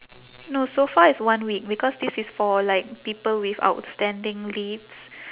no so far it's one week because this is for like people with outstanding leaves